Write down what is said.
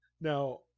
Now